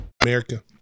America